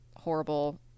horrible